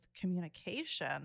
communication